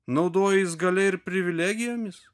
naudojais galia ir privilegijomis